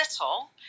little